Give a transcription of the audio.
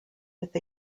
with